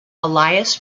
elias